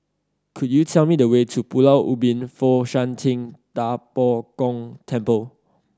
could you tell me the way to Pulau Ubin Fo Shan Ting Da Bo Gong Temple